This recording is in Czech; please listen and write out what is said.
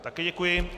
Také děkuji.